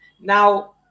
Now